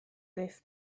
gruff